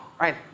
right